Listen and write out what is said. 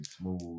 smooth